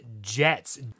Jets